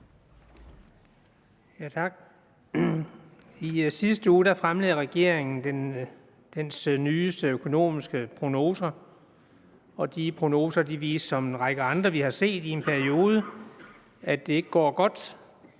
I sidste uge fremlagde regeringen sine nyeste økonomiske prognoser, og de prognoser viste som en række andre prognoser, vi har set i en periode, at det ikke går godt,